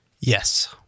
Yes